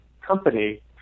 company